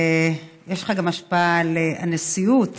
יש לך גם השפעה על הנשיאות,